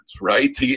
right